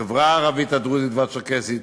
החברה הערבית, הדרוזית והצ'רקסית,